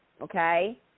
okay